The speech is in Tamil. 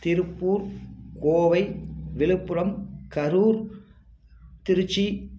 திருப்பூர் கோவை விழுப்புரம் கரூர் திருச்சி